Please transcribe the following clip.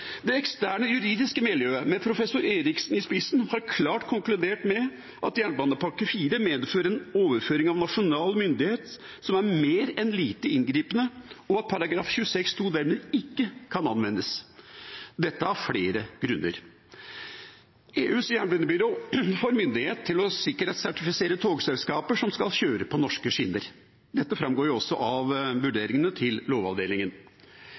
Det eksterne juridiske miljøet, med professor Eriksen i spissen, har klart konkludert med at jernbanepakke IV medfører en overføring av nasjonal myndighet som er mer enn «lite inngripende», og at Grunnloven § 26 andre ledd dermed ikke kan anvendes – dette av flere grunner. EUs jernbanebyrå får myndighet til å sikkerhetssertifisere togselskaper som skal kjøre på norske skinner. Dette framgår også av Lovavdelingens vurderinger. Norge mister rett og slett retten til